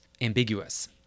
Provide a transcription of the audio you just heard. ambiguous